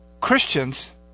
Christians